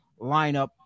lineup